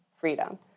freedom